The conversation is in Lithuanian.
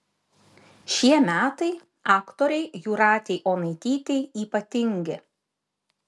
šie metai aktorei jūratei onaitytei ypatingi